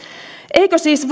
eikö siis